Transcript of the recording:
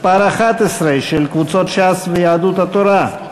הסתייגות מס' 11, של קבוצות ש"ס ויהדות התורה.